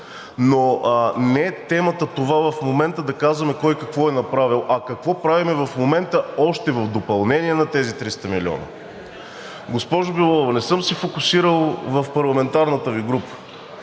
но не е темата това в момента да казваме кой какво е направил, а какво правим в момента още в допълнение на тези 300 милиона? Госпожо Белова, не съм се фокусирал в парламентарната Ви група.